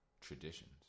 traditions